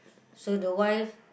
so the wife